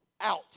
out